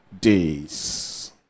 days